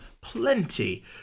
plenty